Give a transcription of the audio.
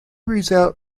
result